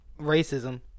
racism